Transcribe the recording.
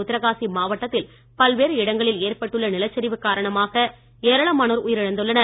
உத்தரகாசி மாவட்டத்தில் பல்வேறு இடங்களில் ஏற்பட்டுள்ள நிலச்சரிவு காரணமாக ஏராளமானோர் உயிரிழந்துள்ளனர்